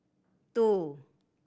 two